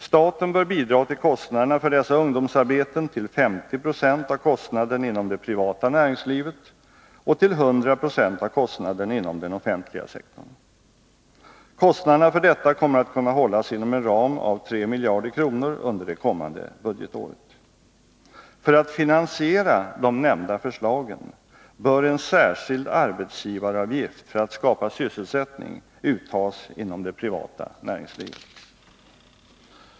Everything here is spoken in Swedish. Staten bör för dessa ungdomsarbeten bidra till 50 96 av kostnaden inom det privata näringslivet och till 100 26 av kostnaden inom den offentliga sektorn. Kostnaderna för detta kommer att kunna hållas inom en ram av 3 miljarder kronor under det kommande budgetåret. För att finansiera de nämnda förslagen bör en särskild arbetsgivaravgift för att skapa sysselsättning uttas inom det privata näringslivet.